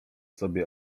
sobie